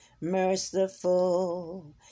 merciful